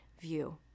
view